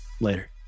Later